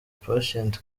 patient